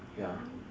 ya